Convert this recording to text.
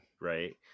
right